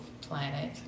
planet